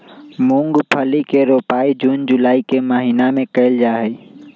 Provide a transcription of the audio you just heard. मूंगफली के रोपाई जून जुलाई के महीना में कइल जाहई